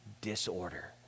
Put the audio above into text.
disorder